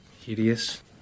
hideous